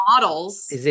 models